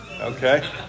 Okay